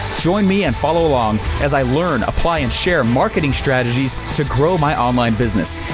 join me and follow along as i learn, apply and share marketing strategies to grow my online business.